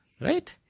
Right